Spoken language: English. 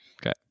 Okay